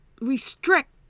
restrict